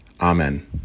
Amen